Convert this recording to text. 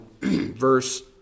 verse